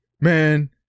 man